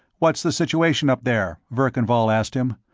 what's the situation, up there? verkan vall asked him.